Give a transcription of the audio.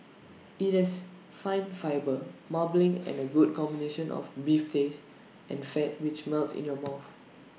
IT has fine fibre marbling and A good combination of beef taste and fat which melts in your mouth